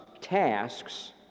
tasks